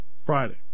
Friday